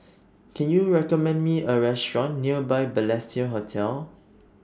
Can YOU recommend Me A Restaurant near Balestier Hotel